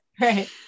right